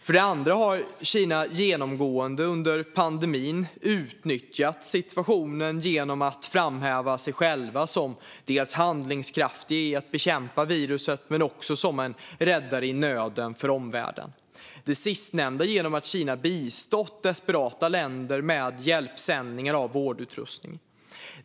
För det andra har Kina genomgående under pandemin utnyttjat situationen genom att framhäva sig själva dels som handlingskraftiga i att bekämpa viruset, dels som en räddare i nöden för omvärlden, det sistnämnda genom att Kina bistått desperata länder med hjälpsändningar av vårdutrustning.